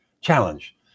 challenge